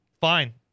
Fine